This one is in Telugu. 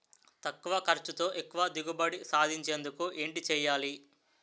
తక్కువ ఖర్చుతో ఎక్కువ దిగుబడి సాధించేందుకు ఏంటి చేయాలి?